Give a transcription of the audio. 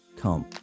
come